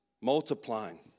multiplying